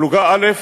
פלוגה א'